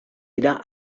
dira